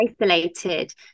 isolated